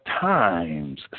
times